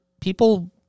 People